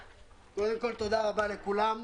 קודם כל תודה רבה לכולם.